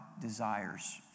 desires